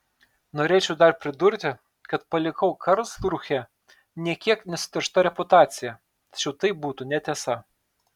norėčiau dar pridurti kad palikau karlsrūhę nė kiek nesuteršta reputacija tačiau tai būtų netiesa